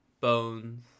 bones